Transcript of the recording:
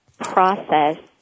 process